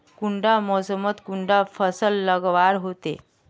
कुंडा मोसमोत कुंडा फसल लगवार होते?